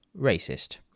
racist